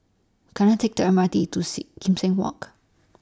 Can I Take The M R T to See Kim Seng Walk